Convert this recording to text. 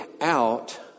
out